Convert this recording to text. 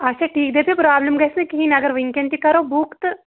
اچھا ٹھیٖک دٔپِو پرٛابلِم گَژھہِ نہٕ کِہیٖنۍ اگر وٕںۍکٮ۪ن تہِ کَرو بُک تہٕ